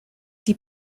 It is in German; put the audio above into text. die